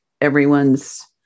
everyone's